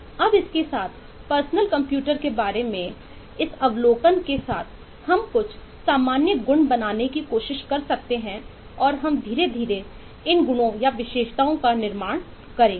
अब इसके साथ पर्सनल कंप्यूटर के बारे में इस अवलोकन के साथ हम कुछ सामान्य गुण बनाने की कोशिश कर सकते हैं और हम धीरे धीरे उन गुणों का निर्माण करेंगे